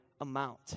amount